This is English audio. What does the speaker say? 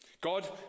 God